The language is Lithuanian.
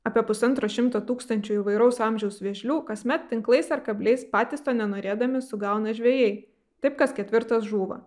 apie pusantro šimto tūkstančių įvairaus amžiaus vėžlių kasmet tinklais ar kabliais patys to nenorėdami sugauna žvejai taip kas ketvirtas žūva